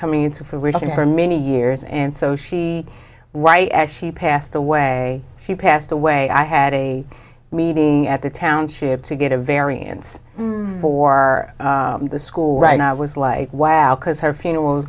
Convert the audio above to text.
coming to fruition for many years and so she white as she passed away she passed away i had a meeting at the township to get a variance for the school right now i was like wow because her funeral